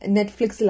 Netflix